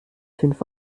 fünf